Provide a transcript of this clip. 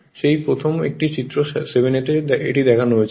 সেই প্রথম একটি চিত্র 7a তে এটি দেখানো হয়েছে